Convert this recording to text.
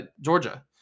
Georgia